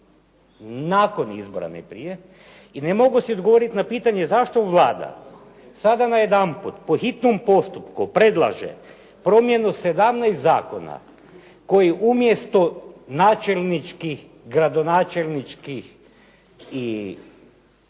nakon izbora, ne prije i ne mogu si odgovoriti na pitanje zašto Vlada sada najedanput po hitnom postupku predlaže promjenu 17 zakona koji umjesto načelničkih, gradonačelničkih i